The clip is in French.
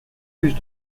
plus